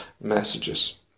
messages